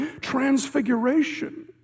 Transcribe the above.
transfiguration